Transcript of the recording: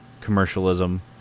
commercialism